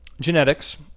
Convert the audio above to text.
genetics